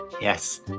Yes